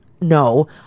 no